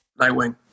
Nightwing